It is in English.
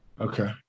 Okay